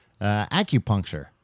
acupuncture